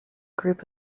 group